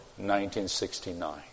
1969